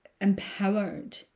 empowered